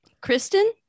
Kristen